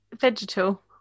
vegetal